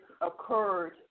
occurred